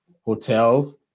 hotels